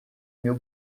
meu